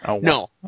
no